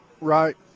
Right